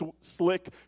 slick